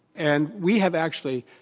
and we have actually,